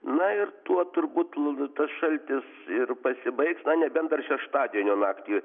na ir tuo turbūt tas šaltis ir pasibaigs na nebent dar šeštadienio naktį